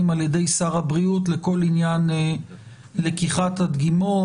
על ידי שר הבריאות לכל עניין לקיחת הדגימות,